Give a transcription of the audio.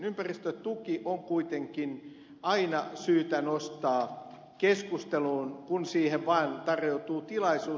ympäristötuki on kuitenkin aina syytä nostaa keskusteluun kun siihen vaan tarjoutuu tilaisuus